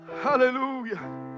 hallelujah